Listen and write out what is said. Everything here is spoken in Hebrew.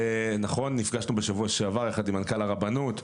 נכון, נפגשנו בשבוע שעבר יחד עם מנכ"ל הרבנות,